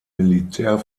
militär